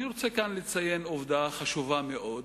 אני רוצה לציין כאן עובדה חשובה מאוד.